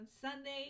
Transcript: Sunday